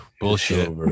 bullshit